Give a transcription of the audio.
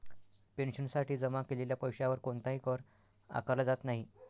पेन्शनसाठी जमा केलेल्या पैशावर कोणताही कर आकारला जात नाही